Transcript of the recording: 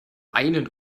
meinen